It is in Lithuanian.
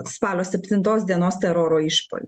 spalio septintos dienos teroro išpuolį